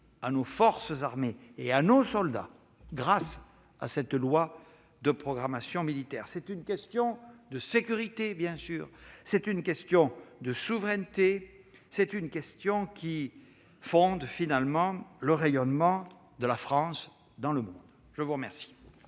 à nos forces armées et à nos soldats grâce à cette loi de programmation militaire. C'est une question de sécurité, c'est une question de souveraineté, c'est une question qui fonde le rayonnement de la France dans le monde ! La parole